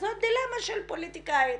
זו הדילמה של פוליטיקאי,